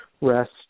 rest